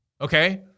okay